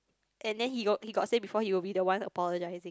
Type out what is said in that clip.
and then he got he got say before he will be the one apologized I think